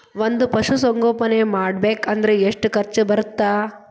ಒಂದ್ ಪಶುಸಂಗೋಪನೆ ಮಾಡ್ಬೇಕ್ ಅಂದ್ರ ಎಷ್ಟ ಖರ್ಚ್ ಬರತ್ತ?